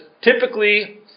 typically